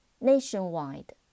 Nationwide